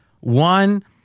One